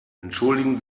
entschuldigen